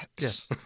Yes